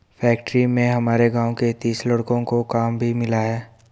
factory में हमारे गांव के तीस लड़कों को काम भी मिला है